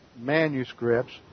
manuscripts